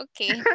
okay